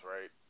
right